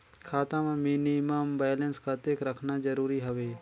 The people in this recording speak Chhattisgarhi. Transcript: खाता मां मिनिमम बैलेंस कतेक रखना जरूरी हवय?